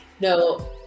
No